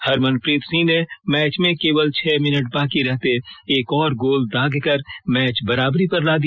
हरमनप्रीत सिंह ने मैच में केवल छह मिनट बाकी रहते एक और गोल दागकर मैच बराबरी पर ला दिया